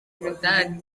imidari